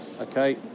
Okay